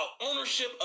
ownership